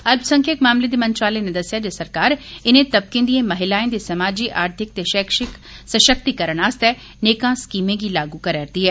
अल्पसंख्यक मामलें दे मंत्रालय नै दस्सेआ ऐ जे सरकार इनें तबकें दिए महिलाएं दे समाजी आर्थिक ते शैक्षिक सशक्तिकरन आस्तै नेकां स्कीमें गी लागू करै करदी ऐ